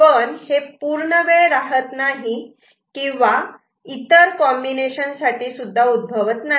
पण हे पूर्णवेळ वेळ राहत नाही किंवा इतर कॉम्बिनेशन साठी सुद्धा उद्भवत नाही